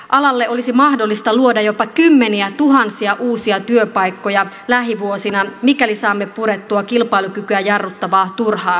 alalle olisi mahdollista luoda jopa kymmeniätuhansia uusia työpaikkoja lähivuosina mikäli saamme purettua kilpailukykyä jarruttavaa turhaa sääntelyä